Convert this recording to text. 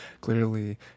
Clearly